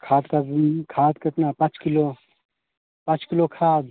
खाद का भी खाद कितना पाँच किलो पाँच किलो खाद